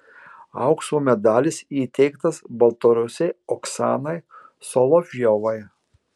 aukso medalis įteiktas baltarusei oksanai solovjovai